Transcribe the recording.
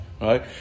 Right